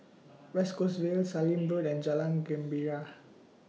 West Coast Vale Sallim Road and Jalan Gembira